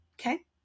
Okay